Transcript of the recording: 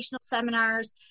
seminars